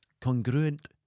Congruent